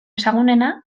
ezagunena